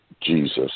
Jesus